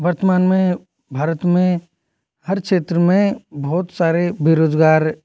वर्तमान में भारत में हर क्षेत्र में बहुत सारे बेरोज़गार